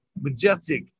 majestic